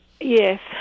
Yes